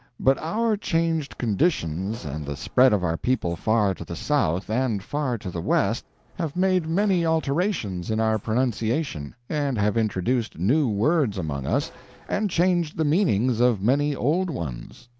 but our changed conditions and the spread of our people far to the south and far to the west have made many alterations in our pronunciation, and have introduced new words among us and changed the meanings of many old ones.